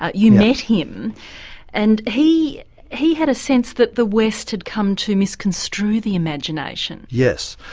ah you met him and he he had a sense that the west had come to misconstrue the imagination. yes,